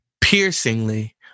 piercingly